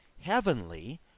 heavenly